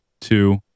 two